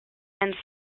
and